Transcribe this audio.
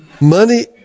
money